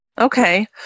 okay